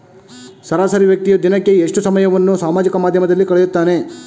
ಸರಾಸರಿ ವ್ಯಕ್ತಿಯು ದಿನಕ್ಕೆ ಎಷ್ಟು ಸಮಯವನ್ನು ಸಾಮಾಜಿಕ ಮಾಧ್ಯಮದಲ್ಲಿ ಕಳೆಯುತ್ತಾನೆ?